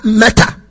matter